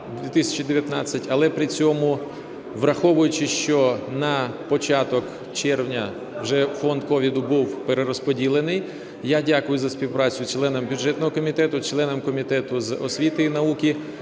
Але при цьому, враховуючи, що на початок червня вже фонд COVID був перерозподілений, я дякую за співпрацю членам бюджетного комітету, членам Комітету з освіти і науки,